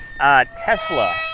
Tesla